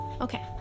Okay